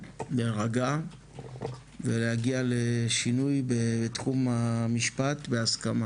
להירגע ולהגיע לשינוי בתחום המשפט בהסכמה.